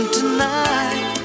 tonight